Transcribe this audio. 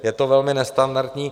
Je to velmi nestandardní.